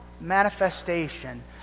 manifestation